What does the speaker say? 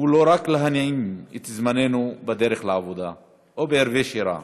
הוא לא רק להנעים את זמננו בדרך לעבודה או בערבי שירה,